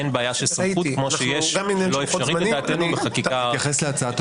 אין בעיה של סמכות כמו שיש לא אפשרי לדעתנו לחקיקה הרחבה.